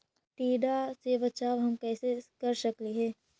टीडा से बचाव हम कैसे कर सकली हे?